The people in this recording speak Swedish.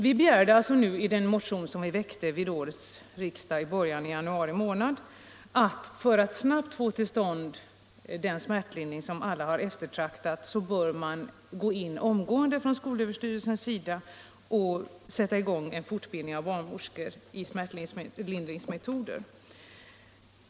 Vi begärde i den motion som vi väckte vid årets riksdag i början av januari månad att skolöverstyrelsen — för att snabbt få till stånd en smärtlindring för alla — omgående bör sätta i gång en fortbildning av barnmorskor i smärtlindringsmetoder.